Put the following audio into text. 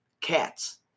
cats